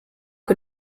que